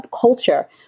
culture